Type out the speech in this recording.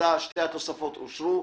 הצבעה בעד, פה אחד שתי התוספות אושרו.